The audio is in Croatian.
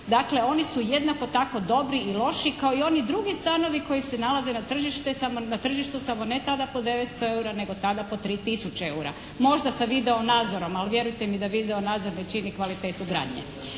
Dakle oni su jednako tako dobri i loši kao i oni drugi stanovi koji se nalaze na tržištu, samo ne tada po 900 eura, nego tada po 3 tisuće eura. Možda sa video nadzorom, ali vjerujte mi da video nadzor ne čini kvalitetu gradnje.